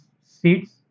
seats